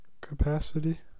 capacity